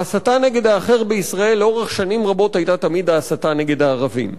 והסתה נגד האחר בישראל לאורך שנים רבות היתה תמיד ההסתה נגד הערבים.